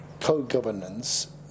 Co-governance